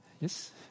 Yes